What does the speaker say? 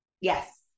Yes